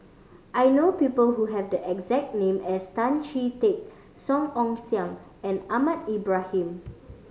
I know people who have the exact name as Tan Chee Teck Song Ong Siang and Ahmad Ibrahim